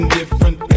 different